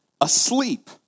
Asleep